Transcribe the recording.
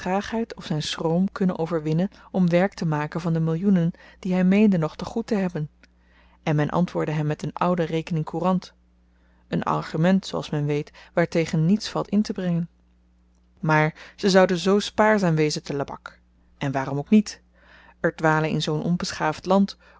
of zyn schroom kunnen overwinnen om werk te maken van de millioenen die hy meende nog te goed te hebben en men antwoordde hem met eene oude rekening-courant een argument zooals men weet waartegen niets valt intebrengen maar ze zouden zoo spaarzaam wezen te lebak en waarom ook niet er dwalen in zoo'n onbeschaafd land